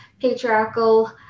patriarchal